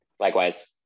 Likewise